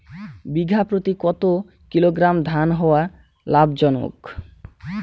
বিঘা প্রতি কতো কিলোগ্রাম ধান হওয়া লাভজনক?